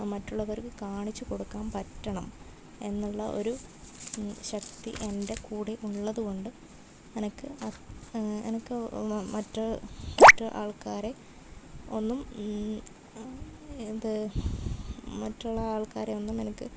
മറ്റുള്ളവർക്ക് കാണിച്ചു കൊടുക്കാൻ പറ്റണം എന്നുള്ള ഒരു ശക്തി എൻ്റെ കൂടെ ഉള്ളതുകൊണ്ട് എനിക്ക് എനിക്ക് മറ്റു മറ്റു ആൾക്കാരെ ഒന്നും ഇത് മറ്റുള്ള ആൾക്കാരെ ഒന്നും എനിക്ക്